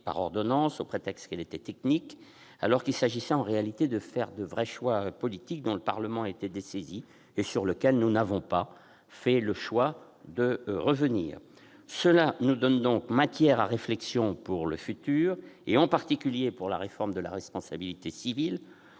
par ordonnance au prétexte qu'elle était technique, alors qu'il s'agissait en réalité de faire de vrais choix politiques, dont le Parlement a été dessaisi et sur lesquels nous avons décidé de ne pas revenir. Cela nous donne matière à réflexion pour le futur, en particulier pour la réforme de la responsabilité civile,